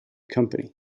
company